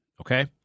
okay